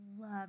love